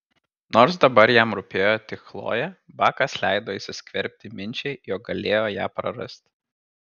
nors dabar jam rūpėjo tik chlojė bakas leido įsiskverbti minčiai jog galėjo ją prarasti